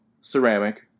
ceramic